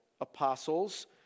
apostles